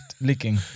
licking